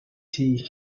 tea